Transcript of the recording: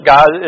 God